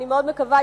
אני מאוד מקווה,